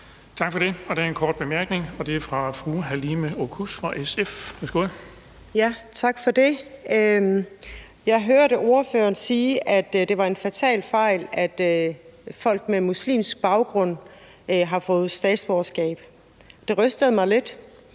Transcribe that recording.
fru Halime Oguz fra SF. Værsgo. Kl. 13:45 Halime Oguz (SF): Tak for det. Jeg hørte ordføreren sige, at det var en fatal fejl, at folk med muslimsk baggrund har fået statsborgerskab. Det rystede mig lidt,